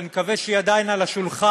אני מקווה שהיא עדיין על השולחן,